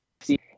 See